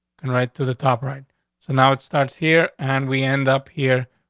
and right to the top. right. so now it starts here and we end up here.